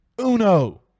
uno